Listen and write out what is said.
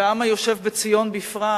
והעם היושב בציון בפרט,